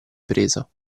presa